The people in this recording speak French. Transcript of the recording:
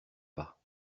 pas